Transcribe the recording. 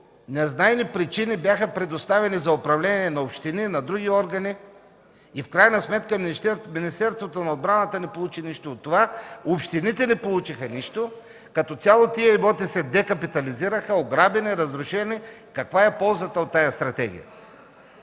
незнайни причини бяха предоставени за управление на общини, на други органи. В крайна сметка, Министерството на отбраната не получи нищо от това, общините също не получиха нищо. Като цяло тези имоти се декапитализираха, ограбени и разрушени са. Каква е ползата от тази стратегия?!